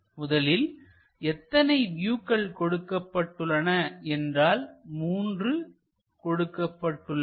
முதலில் எத்தனை வியூக்கள் கொடுக்கப்பட்டுள்ளன என்றால் 3 கொடுக்க பட்டுள்ளன